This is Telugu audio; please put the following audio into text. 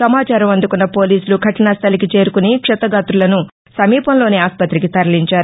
సమాచారం అందుకున్న పోలీసులు ఘటనాస్లలికి చేరుకుని క్షతగాతులను సమీపంలోని ఆస్పతికి తరలించారు